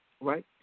right